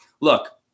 Look